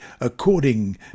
according